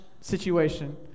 situation